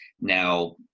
now